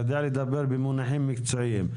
אתה יודע לדבר במונחים מקצועיים.